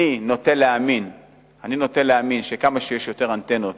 אני נוטה להאמין שכמה שיש יותר אנטנות